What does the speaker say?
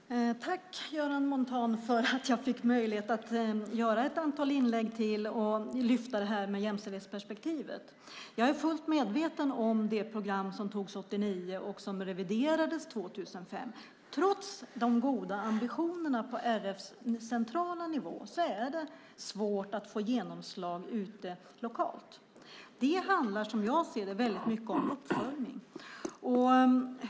Herr talman! Tack, Göran Montan, för att jag får möjlighet att göra ett antal inlägg till och lyfta fram jämställdhetsperspektivet. Jag är fullt medveten om det program som antogs 1989 och som reviderades 2005. Trots de goda ambitionerna på RF:s centrala nivå är det svårt att få genomslag lokalt. Det handlar, som jag ser det, väldigt mycket om uppföljning.